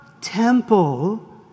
temple